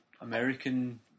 American